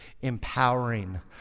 empowering